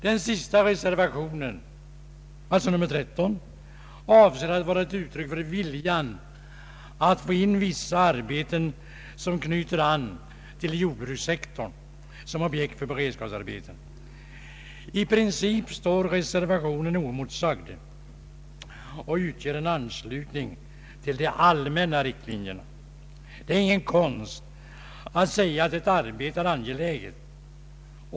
Den sista reservationen — reservation 13 — avser att vara ett uttryck för viljan att få in vissa arbeten som knyter an till jordbrukssektorn som objekt för beredskapsarbeten. I princip står reservationen oemotsagd och utgör en anslutning till de allmänna riktlinjerna. Det är ingen konst att säga att ett arbete är angeläget.